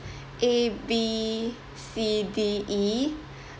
A B C D E